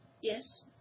Yes